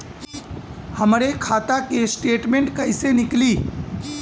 हमरे खाता के स्टेटमेंट कइसे निकली?